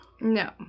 No